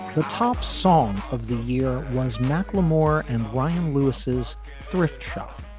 the top song of the year was macklemore and ryan lewis's thrift shop,